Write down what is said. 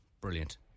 Brilliant